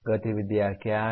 गतिविधियाँ क्या हैं